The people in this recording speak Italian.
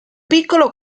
piccolo